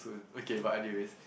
okay but anyways